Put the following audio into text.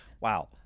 wow